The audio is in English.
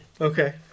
Okay